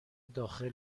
داخل